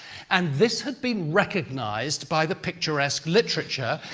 and this had been recognised by the picturesque literature,